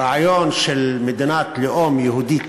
הרעיון של מדינת לאום יהודית,